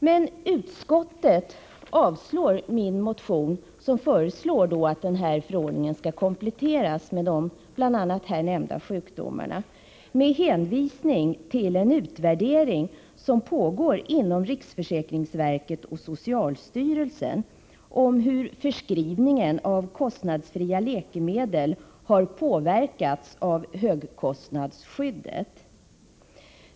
Men utskottet avstyrker min motion, som föreslår att den här förordningen skall kompletteras med bl.a. de här nämnda sjukdomarna. Utskottet hänvisar till en utvärdering som pågår inom riksförsäkringsverket och socialstyrelsen om hur förskrivningen av kostnadsfria läkemedel har påverkats av högkostnadsskyddet.